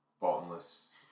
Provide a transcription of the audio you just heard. bottomless